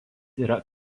yra